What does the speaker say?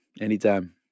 anytime